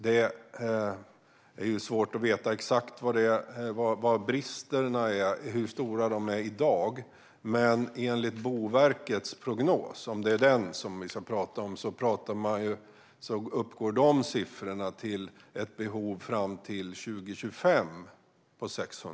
Det är svårt att veta exakt hur stora bristerna är i dag. Enligt Boverkets prognos, om det är den vi ska tala om, gäller siffran 600 000 bostäder för ett behov fram till 2025.